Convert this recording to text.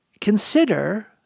Consider